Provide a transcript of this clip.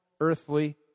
earthly